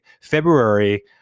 February